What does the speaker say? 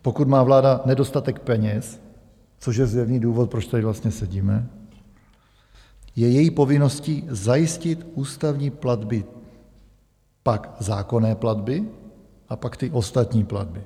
Pokud má vláda nedostatek peněz, což je zjevný důvod, proč tady vlastně sedíme, je její povinností zajistit ústavní platby, pak zákonné platby a pak ty ostatní platby.